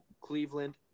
Cleveland